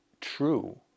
true